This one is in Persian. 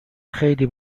خیلی